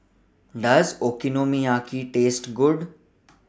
Does Okonomiyaki Taste Good